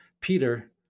Peter